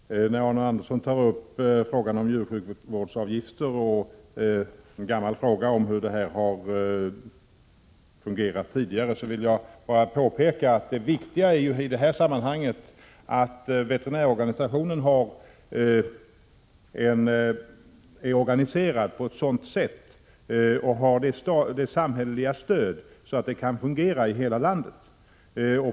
Herr talman! När Arne Andersson i Ljung tar upp frågan om djursjukvårdsavgiften — en gammal fråga som gäller hur det har fungerat tidigare — vill jag bara påpeka att det viktiga i detta sammanhang är att veterinärorganisationen är organiserad på ett sådant sätt och har det samhälleliga stödet att den kan fungera i hela landet.